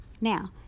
now